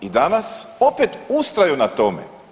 I dana opet ustraju na tome.